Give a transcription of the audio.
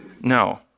No